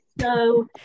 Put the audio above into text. so-